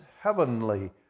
heavenly